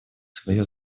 свое